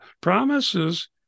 promises